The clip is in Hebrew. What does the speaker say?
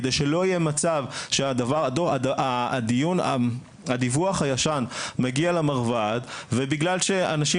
כדי שלא יהיה מצב שהדיווח הישן מגיע למרב"ד ובגלל שאנשים